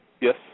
Yes